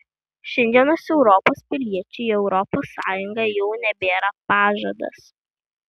šiandienos europos piliečiui europos sąjunga jau nebėra pažadas